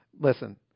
listen